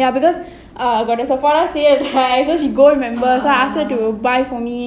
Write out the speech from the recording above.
ya because err got the Sephora sale so she gold member so I ask her to buy for me